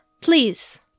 Please